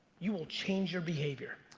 you will change your behavior.